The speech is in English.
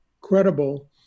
credible